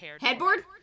Headboard